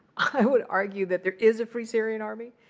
i would argue that there is a free syrian army,